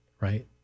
right